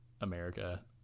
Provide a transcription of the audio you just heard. America